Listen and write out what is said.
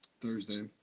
Thursday